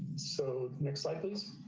so, next slide please.